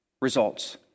results